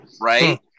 right